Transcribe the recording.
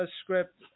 script